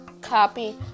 copy